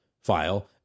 file